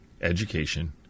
education